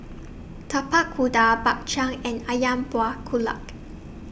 Tapak Kuda Bak Chang and Ayam Buah Keluak